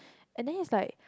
and then is like